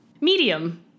Medium